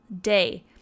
day